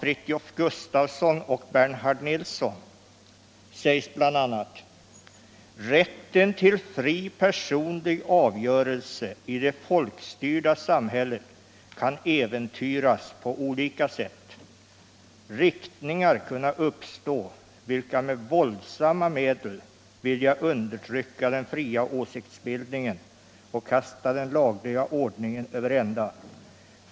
”Rätten till fri personlig avgörelse i det folkstyrda samhället kan äventyras på olika sätt. Riktningar kunna uppstå, vilka med våldsamma medel vilja undertrycka den fria åsiktsbildningen och kasta den lagliga ordningen över ända.